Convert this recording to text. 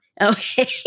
Okay